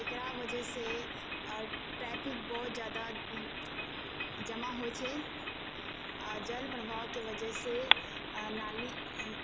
एकरा वजह से ट्रैफिक बहुत जादा जमा होइ छै आ जल प्रभावके वजह से आ नाली